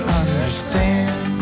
understand